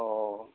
অঁ